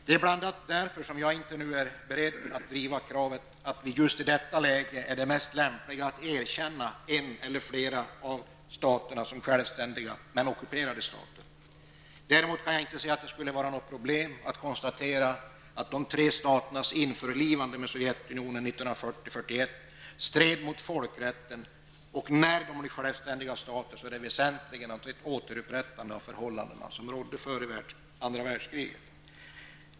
Det är bl.a. därför som jag nu inte är beredd att driva kravet på att det mest lämpliga i just detta läge är att erkänna en eller flera av staterna som självständiga men ockuperade stater. Däremot kan jag inte se att de skulle vara något problem att konstatera att de tre staternas införlivande med Sovjetunionen 1940--1941 stred mot folkrätten och att det, när de blir självständiga starter, väsentligen handlar om ett återupprättande av de förhållanden som rådde före andra världskriget.